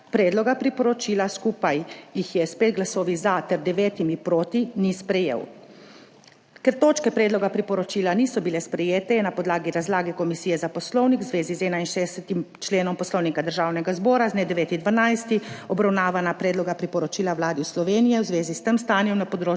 predloga priporočila, skupaj jih je s 5 glasovi za ter 9 proti, ni sprejel. Ker točke predloga priporočila niso bile sprejete, je na podlagi razlage Komisije za Poslovnik v zvezi z 61. členom Poslovnika Državnega zbora z dne 9. 12., obravnavana predloga priporočila Vladi Slovenije v zvezi s tem stanjem na področju